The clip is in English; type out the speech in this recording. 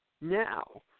now